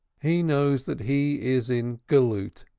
he knows that he is in goluth,